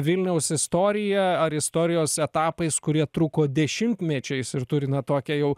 vilniaus istorija ar istorijos etapais kurie truko dešimtmečiais ir turi na tokią jau